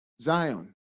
zion